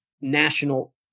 national